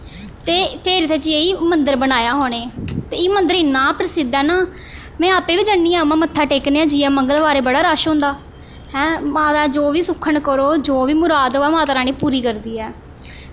ते फिर इत्थै जाई मंदर बनाया हा उनें ते एह् मंदर इन्ना प्रसिद्ध ऐ ना में आपें बी जन्नी आं में मत्था टेकनी आं जाइयै मंगलवारें बड़ा रश होंदा हैं माता जो बी सुक्खन करो जो बी मुराद होऐ माता रानी पूरी करदी ऐ